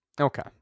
Okay